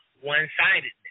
one-sidedness